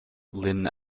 lynne